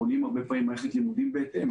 בונים הרבה פעמים מערכת לימודים בהתאם